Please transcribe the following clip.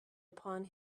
upon